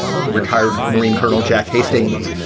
retired marine colonel jack hastings,